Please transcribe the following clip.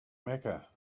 mecca